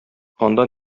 анда